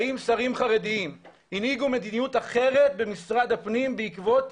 האם שרים חרדיים הנהיגו מדיניות אחרת במשרד הפנים בעקבות